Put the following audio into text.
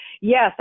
yes